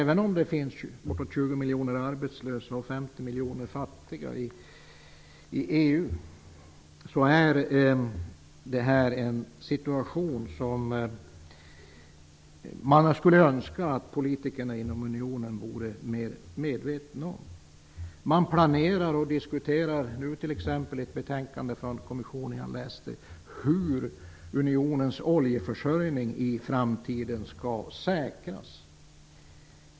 Men i EU finns det bortemot 20 miljoner arbetslösa och 50 miljoner som är fattiga. Situationen är sådan att man skulle önska att politikerna i unionen vore mera medvetna om förhållandena. Man planerar och diskuterar nu t.ex. ett betänkande från kommissionen - jag har läst om detta. Det handlar om hur unionens oljeförsörjning i framtiden skall säkras.